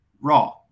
Raw